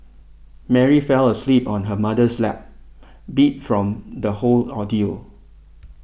Mary fell asleep on her mother's lap beat from the whole ordeal